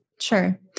Sure